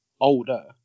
older